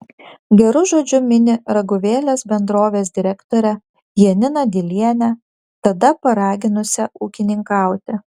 geru žodžiu mini raguvėlės bendrovės direktorę janiną dilienę tada paraginusią ūkininkauti